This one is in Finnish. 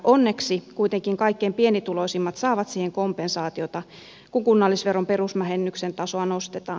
onneksi kuitenkin kaikkein pienituloisimmat saavat siihen kompensaatiota kun kunnallisveron perusvähennyksen tasoa nostetaan